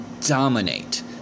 dominate